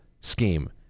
scheme